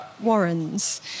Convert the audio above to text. warrens